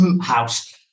house